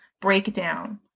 breakdown